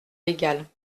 légale